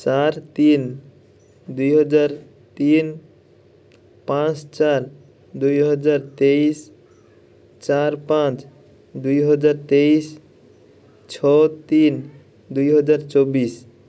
ଚାରି ତିନି ଦୁଇ ହଜାର ତିନି ପାଞ୍ଚ ଚାରି ଦୁଇ ହଜାର ତେଇଶ ଚାରି ପାଞ୍ଚ ଦୁଇ ହଜାର ତେଇଶ ଛଅ ତିନି ଦୁଇ ହଜାର ଚବିଶ